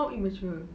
how immature